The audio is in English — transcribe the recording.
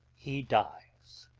he dies.